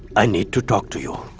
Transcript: i need to talk to you.